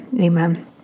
Amen